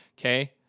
Okay